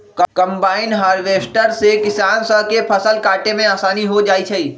combine harvester से किसान स के फसल काटे में आसानी हो जाई छई